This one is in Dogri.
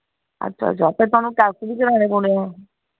अच्छा अच्छा ते तोआनूं टैस्ट बी कराने पौने ऐ